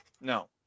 No